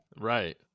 Right